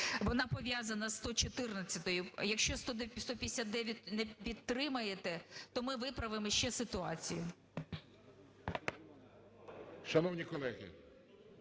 Вона пов'язана із 114-ю. Якщо 159 не підтримаєте, то ми виправимо ще ситуацію.